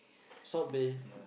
Salt Bay